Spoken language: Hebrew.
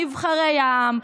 אל נבחרי העם,